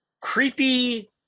creepy